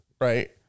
right